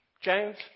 James